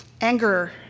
Anger